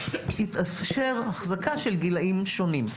תתאפשר החזקה של גילאים שונים.